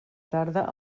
tarda